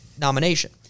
nomination